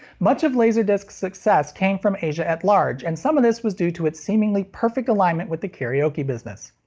much of laserdisc's success came from asia at large, and some of this was due to its seemingly perfect alignment with the karaoke business.